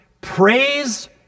Praise